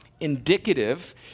Indicative